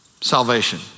salvation